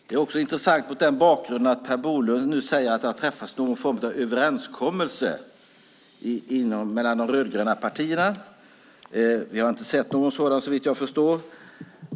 Det är också intressant mot bakgrund av att Per Bolund säger att det har träffats någon form av överenskommelse mellan de rödgröna partierna. Vi har inte sett någon sådan, såvitt jag vet.